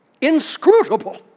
Inscrutable